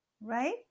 right